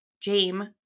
James